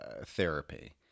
therapy